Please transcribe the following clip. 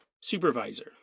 supervisor